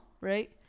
right